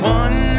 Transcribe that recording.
one